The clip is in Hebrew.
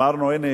אמרנו: הנה,